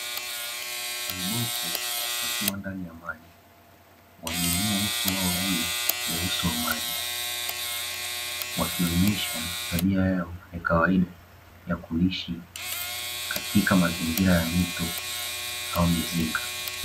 Viboko wakiwa ndani ya maji wameinua uso wao juu ya uso wa maji, wakionyesha tabia yao ya kawaida ya kuishi katika mazingira ya mito au mizinga.